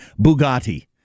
Bugatti